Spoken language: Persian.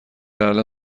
الان